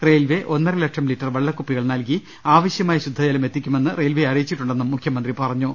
railway ഒന്നരലക്ഷം litre വെള്ളക്കുപ്പികൾ നൽകി ആവശ്യമായ ശുദ്ധജലം എത്തിക്കുമെന്ന് റെയിൽവെ അറിയിച്ചിട്ടു ണ്ടെന്നും മുഖ്യമന്ത്രി പറഞ്ഞു